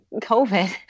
COVID